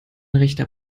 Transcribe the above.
rechter